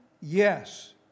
Yes